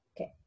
okay